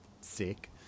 sick